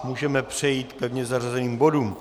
Můžeme přejít k pevně zařazeným bodům.